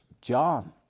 John